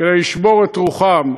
כדי לשבור את רוחם.